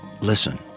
Listen